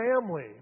family